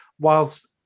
whilst